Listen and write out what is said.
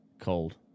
Cold